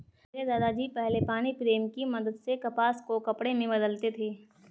मेरे दादा जी पहले पानी प्रेम की मदद से कपास को कपड़े में बदलते थे